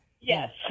Yes